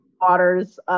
Waters